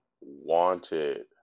Wanted